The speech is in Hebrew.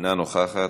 אינה נוכחת,